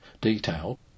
detail